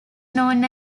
known